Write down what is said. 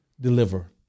deliver